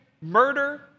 murder